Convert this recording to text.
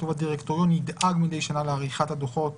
הדירקטוריון ידאג לעריכת הדוחות.